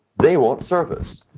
they won't serve us.